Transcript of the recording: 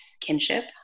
Kinship